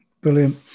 Brilliant